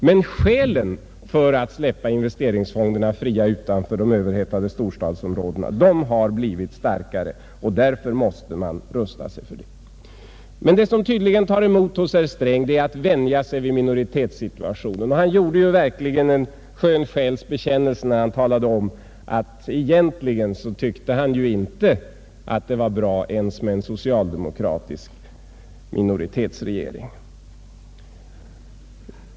Men skälen för att släppa investeringsfonderna fria utanför de överhettade storstadsområdena har blivit starkare, och därför måste man rusta sig för det. Det som tydligen tar emot hos herr Sträng är att vänja sig vid minoritetssituationen. Han gjorde en skön själs bekännelse när han talade om att han egentligen inte tyckte att ens en socialdemokratisk minoritetsregering var bra.